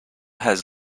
has